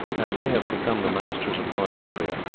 as they have become the masters of northumbria,